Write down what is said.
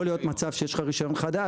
יכול להיות מצב שיש לך רישיון חדש,